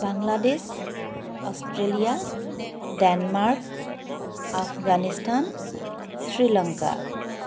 Bangladesh Australia Denmark Afghanistan Sri Lanka